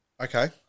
Okay